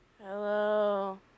Hello